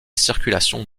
circulation